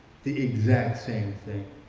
the exact same thing.